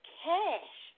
cash